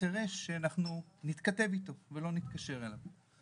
ברגע שיש חירש, אנחנו נתכתב איתו ולא נתקשר אליו.